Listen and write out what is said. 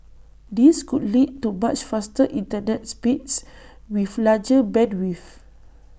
this could lead to much faster Internet speeds with larger bandwidths